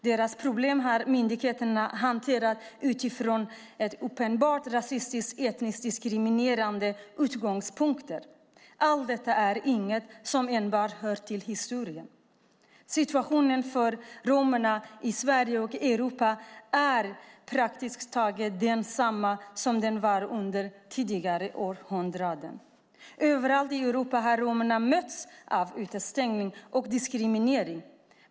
Deras problem har myndigheterna hanterat utifrån uppenbart rasistiska och etniskt diskriminerande utgångspunkter. Allt detta är inget som enbart hör till historien. Situationen för romerna i Sverige och Europa är praktiskt taget densamma som den varit under tidigare århundraden. Överallt i Europa har romerna mötts av utestängning och diskriminering.